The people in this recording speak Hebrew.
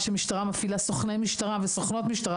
שהמשטרה מפעילה סוכני משטרה וסוכנות משטרה